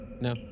No